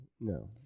no